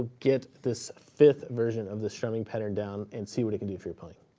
get this fifth version of the strumming pattern down, and see what it can do for your playing.